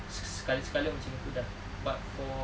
sekali-sekala macam gitu dah but for